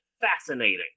fascinating